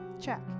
Check